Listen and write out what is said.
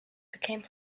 became